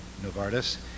Novartis